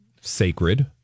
sacred